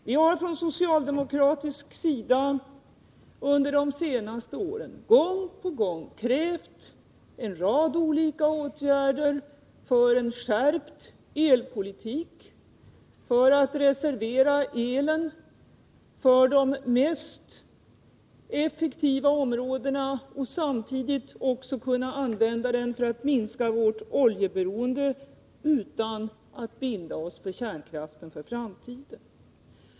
Vi har från socialdemokratisk sida under de senaste åren gång på gång krävt en rad olika åtgärder för en skärpt elpolitik, för att kunna reservera elen för de mest effektiva användningsområdena och samtidigt kunna använda den för att minska vårt oljeberoende utan att binda oss för kärnkraften inför framtiden.